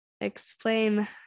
Explain